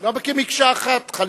למה כמקשה אחת?